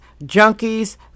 Junkies